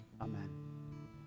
Amen